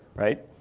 right?